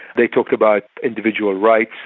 they talked about individual rights,